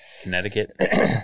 Connecticut